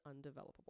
undevelopable